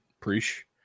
Preach